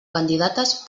candidates